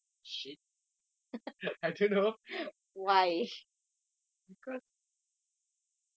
shit I don't know because